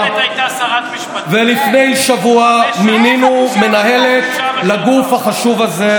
ולפני שבוע מינינו מנהלת לגוף החשוב הזה,